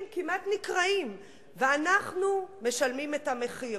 כמעט נקרעים ואנחנו משלמים את המחיר,